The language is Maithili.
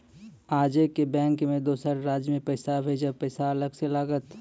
आजे के बैंक मे दोसर राज्य मे पैसा भेजबऽ पैसा अलग से लागत?